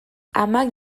amak